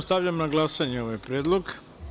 Stavljam na glasanje ovaj predlog.